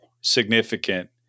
significant